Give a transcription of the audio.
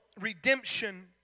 redemption